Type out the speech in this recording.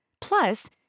Plus